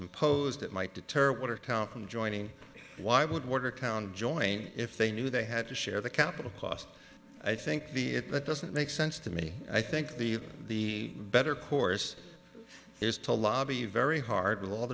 imposed it might deter watertown from joining why would watertown join if they knew they had to share the capital cost i think the if that doesn't make sense to me i think the the better course is to lobby very hard with all